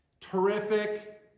Terrific